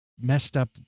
messed-up